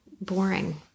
boring